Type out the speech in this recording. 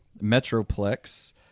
Metroplex